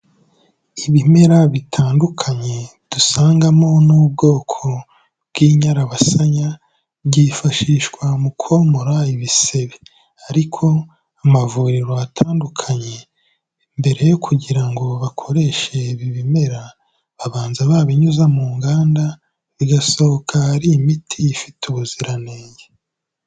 Ibimera bitandukanye dusangamo n'ubwoko bw'inyarabasanya, byifashishwa mu komora ibisebe ariko amavuriro atandukanye, mbere yo kugira ngo bakoreshe ibi bimera, babanza babinyuza mu nganda bigasohoka ari imiti ifite ubuziranenge.